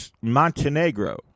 Montenegro